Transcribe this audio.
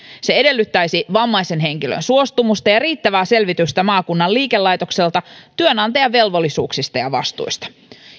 se edellyttäisi vammaisen henkilön suostumusta ja riittävää selvitystä maakunnan liikelaitokselta työnantajan velvollisuuksista ja vastuista